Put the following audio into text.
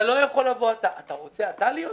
אתה רוצה לספק את המשקאות בעצמך?